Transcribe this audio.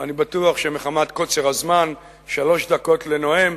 ואני בטוח שמחמת קוצר הזמן, שלוש דקות לנואם,